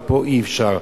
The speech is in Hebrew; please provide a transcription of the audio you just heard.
ופה אי-אפשר,